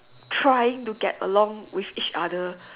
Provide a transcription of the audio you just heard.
trying to get along with each other